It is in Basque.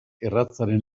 erratzaren